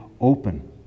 open